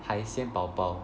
海鲜宝宝